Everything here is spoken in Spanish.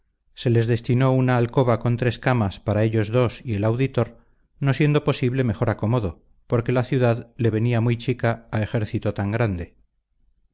se les destinó una alcoba con tres camas para ellos dos y el auditor no siendo posible mejor acomodo porque la ciudad le venía muy chica a ejército tan grande